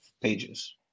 pages